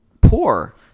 poor